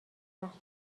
بخش